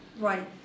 Right